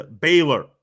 Baylor